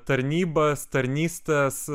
tarnybas tarnystes